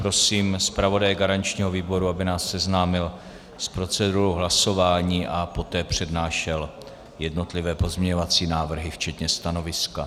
Prosím zpravodaje garančního výboru, aby nás seznámil s procedurou hlasování a poté přednášel jednotlivé pozměňovací návrhy včetně stanoviska.